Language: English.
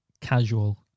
casual